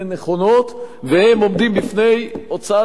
והם עומדים בפני הוצאה להורג בימים אלה ממש.